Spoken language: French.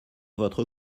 votre